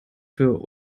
für